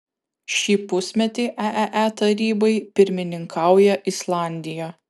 šį pusmetį eee tarybai pirmininkauja islandija